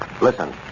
Listen